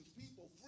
people